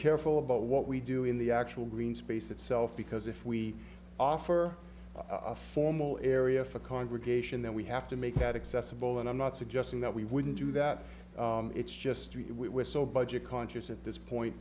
careful about what we do in the actual green space itself because if we offer a formal area for a congregation then we have to make that accessible and i'm not suggesting that we wouldn't do that it's just we are so budget conscious at this point